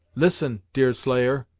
listen, deerslayer,